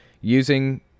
Using